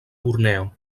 borneo